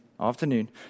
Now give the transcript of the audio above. afternoon